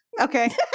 Okay